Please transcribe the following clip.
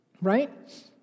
right